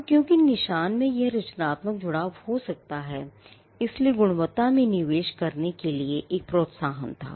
अब क्योंकि निशान में यह रचनात्मक जुड़ाव हो सकता है इसलिए गुणवत्ता में निवेश करने के लिए एक प्रोत्साहन था